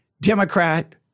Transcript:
Democrat